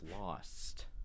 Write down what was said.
lost